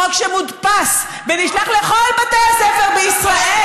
חוק שמודפס ונשלח לכל בתי הספר בישראל,